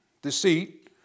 Deceit